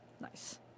Nice